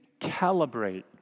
calibrate